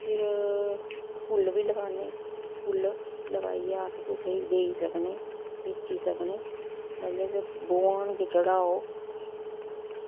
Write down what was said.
फिर फुल्ल बी लगान्ने फुल्ल लगाइयै अस कुसै गी देई सकनें बेची सकनें मतलब कि भगवान गी जेह्ड़ा ओह्